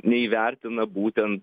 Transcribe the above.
neįvertina būtent